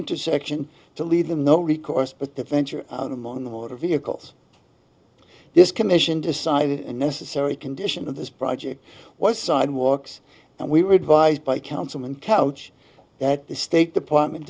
intersection to leave them no recourse but to venture out among the water vehicles this commission decided a necessary condition of this project was sidewalks and we were advised by councilman coutts that the state department